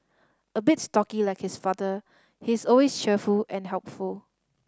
a bit stocky like his father he is always cheerful and helpful